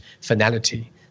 finality